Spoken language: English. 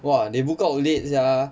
!wah! they book out late sia